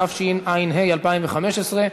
התשע"ה 2015,